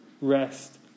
rest